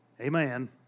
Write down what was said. Amen